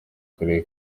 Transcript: karere